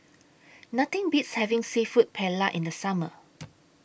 Nothing Beats having Seafood Paella in The Summer